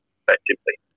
effectively